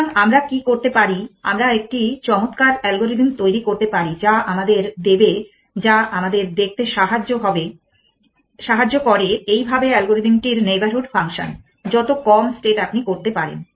সুতরাং আমরা কি করতে পারি আমরা একটি চমৎকার অ্যালগোরিদম তৈরি করতে পারি যা আমাদের দেবে যা আমাদের দেখতে সাহায্য করে এইভাবে অ্যালগোরিদম টির নেইবরহুড ফাংশন যত কম state আপনি করতে পারেন